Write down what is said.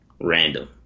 random